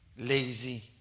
Lazy